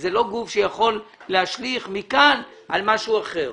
זה לא גוף שיכול להשליך מכאן על משהו אחר.